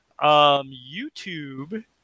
YouTube